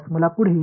மாணவர்